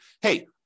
hey